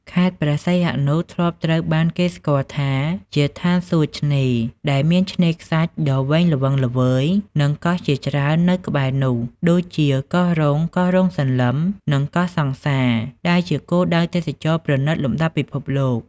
ខេត្តព្រះសីហនុធ្លាប់ត្រូវបានគេស្គាល់ថាជា ឋានសួគ៌ឆ្នេរ ដែលមានឆ្នេរខ្សាច់ដ៏វែងល្វឹងល្វើយ និងកោះជាច្រើននៅក្បែរនោះ ដូចជា កោះរ៉ុង កោះរ៉ុងសន្លឹម និងកោះសង្សារ ដែលជាគោលដៅទេសចរណ៍ប្រណិតលំដាប់ពិភពលោក។